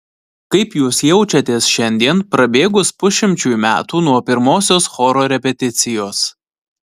kaip jūs jaučiatės šiandien prabėgus pusšimčiui metų nuo pirmosios choro repeticijos